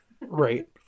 Right